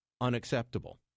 Unacceptable